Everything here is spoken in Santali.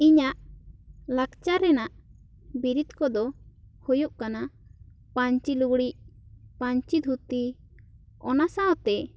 ᱤᱧᱟᱹᱜ ᱞᱟᱠᱪᱟᱨ ᱨᱮᱱᱟᱜ ᱵᱤᱨᱤᱫᱽ ᱠᱚᱫᱚ ᱦᱩᱭᱩᱜ ᱠᱟᱱᱟ ᱯᱟᱧᱪᱤ ᱞᱩᱜᱽᱲᱤᱡ ᱯᱟᱧᱪᱤ ᱫᱷᱩᱛᱤ ᱚᱱᱟ ᱥᱟᱶ ᱛᱮ